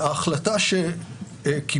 החטא הזה וגם הביא את בני ישראל לנדודים 40 שנה.